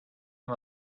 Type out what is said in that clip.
him